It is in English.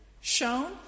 shown